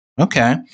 Okay